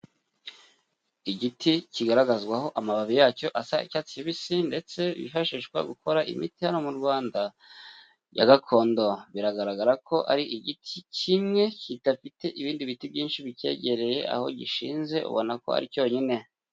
Igiti kigaragazwaho amababi yacyo asa icyatsi kibisi ndetse yifashishwa gukora imiti hano mu Rwanda ya gakondo, biragaragara ko ari igiti kimwe kidafite ibindi biti byinshi bikegereye aho gishinze ubona ko ari cyonyine.